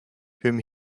whom